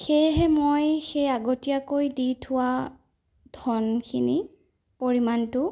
সেয়েহে মই সেই আগতীয়াকৈ দি থোৱা ধনখিনি পৰিমাণটো